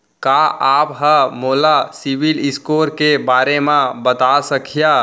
का आप हा मोला सिविल स्कोर के बारे मा बता सकिहा?